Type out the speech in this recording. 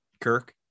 Kirk